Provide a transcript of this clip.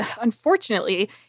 unfortunately